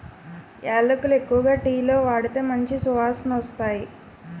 యాలకులు ఎక్కువగా టీలో వాడితే మంచి సువాసనొస్తాయి